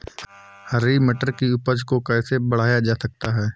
हरी मटर की उपज को कैसे बढ़ाया जा सकता है?